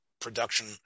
production